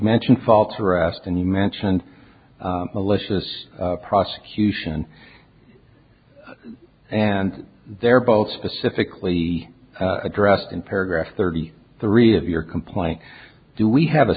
mention faults arrest and you mentioned malicious prosecution and they're both specifically addressed in paragraph thirty three of your complaint do we have a